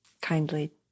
kindly